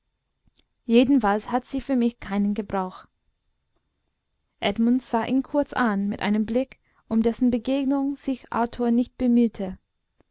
jedenfalls hat sie für mich keinen gebrauch edmund sah ihn kurz an mit einem blick um dessen begegnung sich arthur nicht bemühte